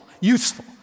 useful